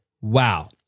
Wow